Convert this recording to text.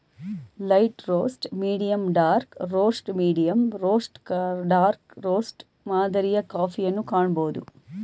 light roast, medium dark roast, medium roast dark roast ಮಾದರಿಯ ಕಾಫಿಯನ್ನು ಕಾಣಬೋದು